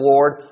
Lord